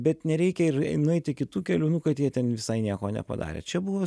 bet nereikia ir nueiti kitu keliu nu kad jie ten visai nieko nepadarė čia buvo